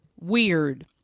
weird